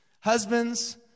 Husbands